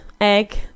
egg